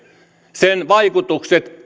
sen vaikutukset